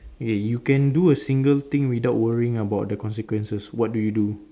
okay you can do a single thing without worrying about the consequences what do you do